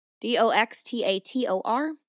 D-O-X-T-A-T-O-R